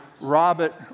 Robert